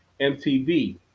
MTV